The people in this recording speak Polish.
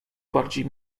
bardziej